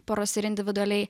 porose ir individualiai